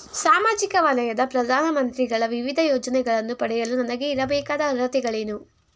ಸಾಮಾಜಿಕ ವಲಯದ ಪ್ರಧಾನ ಮಂತ್ರಿಗಳ ವಿವಿಧ ಯೋಜನೆಗಳನ್ನು ಪಡೆಯಲು ನನಗೆ ಇರಬೇಕಾದ ಅರ್ಹತೆಗಳೇನು?